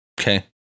Okay